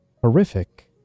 horrific